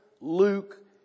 Luke